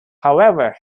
however